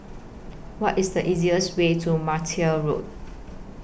What IS The easiest Way to Martia Road